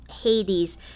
Hades